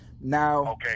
Now